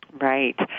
Right